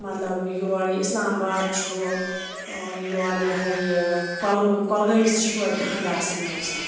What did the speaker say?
مَطلَب یورٕ یہِ اِسلامباد چھُ یورٕ یہِ ہہَ یہِ کۄلگوم کۄلگٲمِس چھِ توتہِ ٹھَنڈٕ آسان موسَم